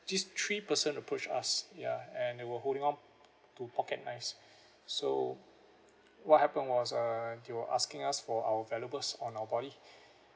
these three person approached us ya and they were holding on to pocket knives so what happened was uh they were asking us for our valuables on our body